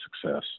success